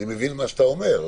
מבין מה שאתה אומר,